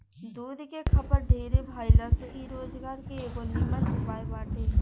दूध के खपत ढेरे भाइला से इ रोजगार के एगो निमन उपाय बाटे